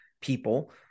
people